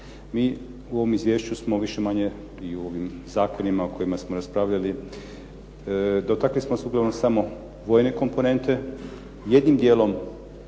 Mi u ovom izvješću smo više manje i u ovim zakonima o kojima smo raspravljali dotakli smo se uglavnom samo vojne komponente, jednim dijelom